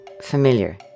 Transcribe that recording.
familiar